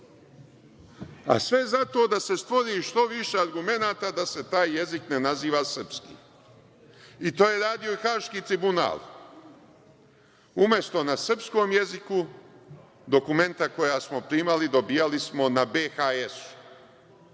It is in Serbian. a sve zato da se stvori što više argumenata da se taj jezik ne naziva srpskim i to je radio i Haški tribunal. Umesto na srpskom jeziku, dokumenta koja smo primali dobijali smo na bhs-i,